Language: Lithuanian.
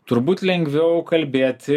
turbūt lengviau kalbėti